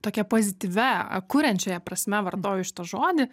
tokia pozityvia kuriančiąja prasme vartoju šitą žodį